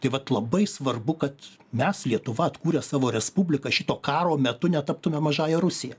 tai vat labai svarbu kad mes lietuva atkūrė savo respubliką šito karo metu netaptumėm mažąja rusija